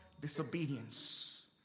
disobedience